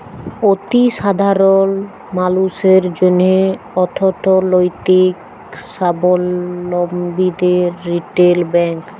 অতি সাধারল মালুসের জ্যনহে অথ্থলৈতিক সাবলম্বীদের রিটেল ব্যাংক